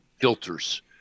filters